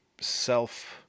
self –